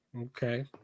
Okay